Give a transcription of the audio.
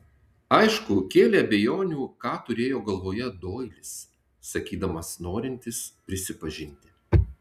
aišku kėlė abejonių ką turėjo galvoje doilis sakydamas norintis prisipažinti